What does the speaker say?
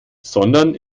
sondern